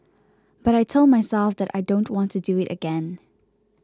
but I told myself that I don't want to do it again